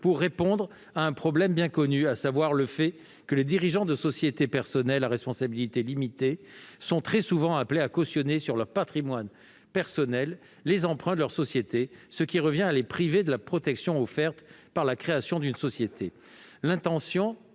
pour répondre à un problème bien connu, à savoir le fait que les dirigeants de sociétés personnelles à responsabilité limitée sont très souvent appelés à cautionner sur leur patrimoine personnel les emprunts de leur société, ce qui revient à les priver de la protection offerte par la création d'une société.